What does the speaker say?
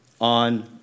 on